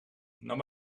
naar